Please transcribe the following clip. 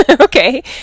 Okay